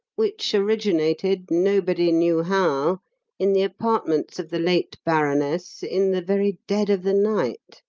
which originated nobody knew how in the apartments of the late baroness in the very dead of the night.